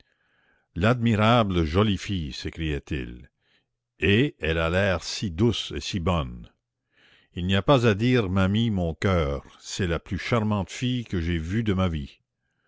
l'admirable jolie fille s'écriait-il et elle a l'air si douce et si bonne il n'y a pas à dire mamie mon coeur c'est la plus charmante fille que j'aie vue de ma vie